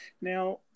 Now